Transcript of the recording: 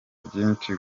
byinshi